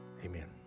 amen